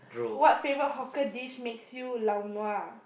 what favourite hawker dish makes you laonua